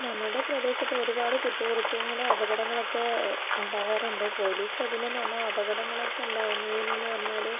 നമ്മുടെ പ്രദേശത്ത് ഒരുപാട് കുറ്റകൃത്യങ്ങളും അപകടങ്ങളും ഒക്കെ ഉണ്ടാകാറുണ്ട് പോലീസ് അതിനെ എന്ന് പറഞ്ഞാൽ അപകടങ്ങളൊക്കെ ഉണ്ടാകുന്നത് എങ്ങനെ എന്ന് പറഞ്ഞാൽ